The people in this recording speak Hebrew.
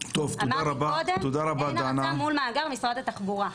אמרתי קודם, אין הרצה מול מאגר משרד התחבורה.